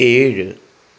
ഏഴ്